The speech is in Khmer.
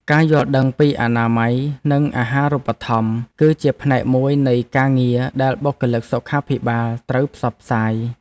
ការយល់ដឹងពីអនាម័យនិងអាហារូបត្ថម្ភ គឺជាផ្នែកមួយនៃការងារដែលបុគ្គលិកសុខាភិបាលត្រូវផ្សព្វផ្សាយ។